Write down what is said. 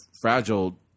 fragile